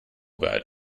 bat